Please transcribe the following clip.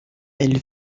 elle